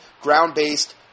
ground-based